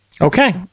Okay